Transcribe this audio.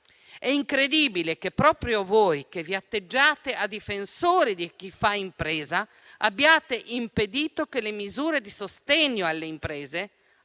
È incredibile che proprio voi, che vi atteggiate a difensori di chi fa impresa, abbiate impedito che le misure di sostegno alle imprese,